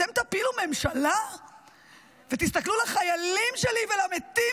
אתם תפילו ממשלה ותסתכלו לחיילים שלי ולמתים